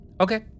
Okay